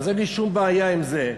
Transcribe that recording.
אז אין לי שום בעיה עם זה,